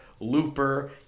Looper